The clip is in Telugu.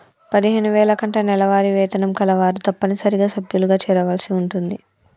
పదిహేను వేల కంటే నెలవారీ వేతనం కలవారు తప్పనిసరిగా సభ్యులుగా చేరవలసి ఉంటుంది